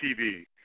TV